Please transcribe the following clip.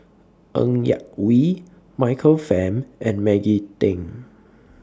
Ng Yak Whee Michael Fam and Maggie Teng